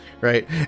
right